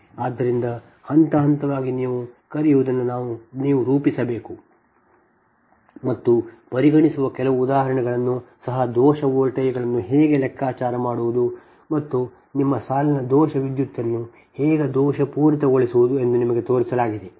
ಆದ್ದರಿಂದ ಹಂತ ಹಂತವಾಗಿ ನೀವು ಕರೆಯುವದನ್ನು ನೀವು ರೂಪಿಸಬೇಕು ಮತ್ತು ಪರಿಗಣಿಸುವ ಕೆಲವು ಉದಾಹರಣೆಗಳನ್ನು ಸಹ ದೋಷ ವೋಲ್ಟೇಜ್ಗಳನ್ನು ಹೇಗೆ ಲೆಕ್ಕಾಚಾರ ಮಾಡುವುದು ಮತ್ತು ನಿಮ್ಮ ಸಾಲಿನ ದೋಷ ವಿದ್ಯುತ್ಅನ್ನು ಹೇಗೆ ದೋಷಪೂರಿತಗೊಳಿಸುವುದು ಎಂದು ನಿಮಗೆ ತೋರಿಸಲಾಗಿದೆ